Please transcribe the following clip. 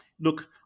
look –